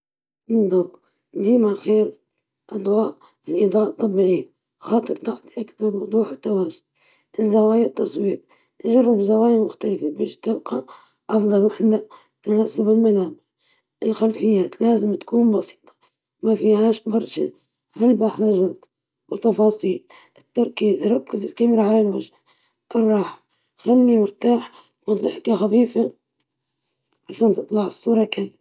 تحدد المكان اللي تبي تعلق فيه، وتختار طريقة التعليق المناسبة سواء كانت مسامير، شريط لاصق، أو مشابك، بعدين تحدد النقطة اللي تبي تبدأ فيها وتحط المسمار أو الشريط وتعلق اللوحة عليه.